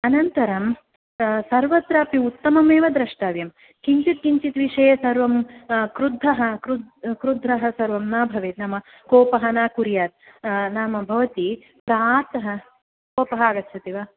अनन्तरम् सर्वत्रापि उत्तममेव द्रष्टव्यम् किञ्चित् किञ्चित् विषये सर्वं क्रुद्धः क्रुद्द् क्रुद्धः सर्वं न भवेत् नाम कोपः न कुर्यात् नाम भवती प्रातः कोपः आगच्छति वा